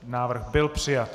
Návrh byl přijat.